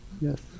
Yes